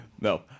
No